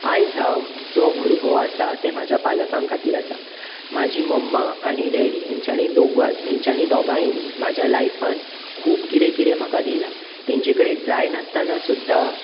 आयज हांव जो भुरगो आसा ते म्हज्या पालकां खातीर आसा म्हाजी मम्मा आनी डॅडी हेंच्यानी दोग हेंच्यानी दोगांयनी म्हाज्या लायफांत खूब कितें कितें म्हाका दिलां तेंचे कडेन जाय नासतना सुद्दां